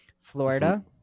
Florida